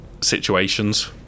situations